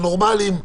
הנורמליים,